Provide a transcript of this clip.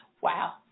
Wow